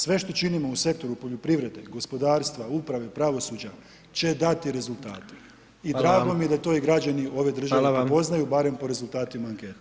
Sve što činimo u sektoru poljoprivrede, gospodarstva, uprave, pravosuđa će dati rezultate i drago mi je da to i građani ove države prepoznaju barem po rezultatima ankete.